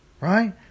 right